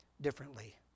differently